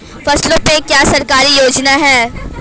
फसलों पे क्या सरकारी योजना है?